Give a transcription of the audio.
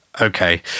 Okay